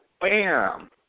Bam